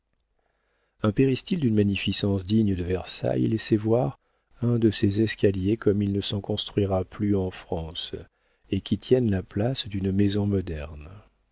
un péristyle d'une magnificence digne de versailles laissait voir un de ces escaliers comme il ne s'en construira plus en france et qui tiennent la place d'une maison moderne